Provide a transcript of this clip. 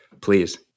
please